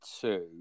two